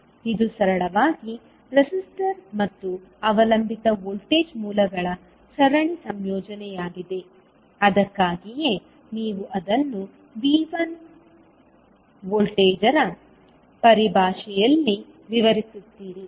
ಇದು ಸರಳವಾಗಿ ರೆಸಿಸ್ಟರ್ ಮತ್ತು ಅವಲಂಬಿತ ವೋಲ್ಟೇಜ್ ಮೂಲಗಳ ಸರಣಿ ಸಂಯೋಜನೆಯಾಗಿದೆ ಅದಕ್ಕಾಗಿಯೇ ನೀವು ಅದನ್ನು V1 ವೋಲ್ಟೇಜ್ರ ಪರಿಭಾಷೆಯಲ್ಲಿ ವಿವರಿಸುತ್ತೀರಿ